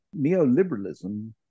neoliberalism